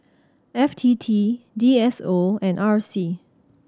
F T T D S O and R C